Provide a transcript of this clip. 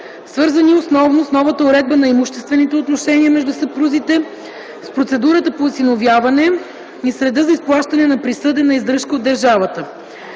свързани основно с новата уредба на имуществените отношения между съпрузите, с процедурата по осиновяване и с реда за изплащане на присъдена издръжка от държавата.